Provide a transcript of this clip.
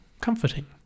comforting